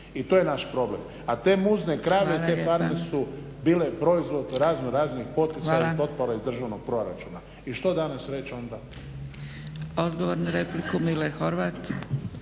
i to je naš problem. A te muzne krave i te farme su bile proizvod razno raznih poticaja i potpora iz državnog proračuna. I što danas reći onda?